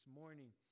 morning